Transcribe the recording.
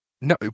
No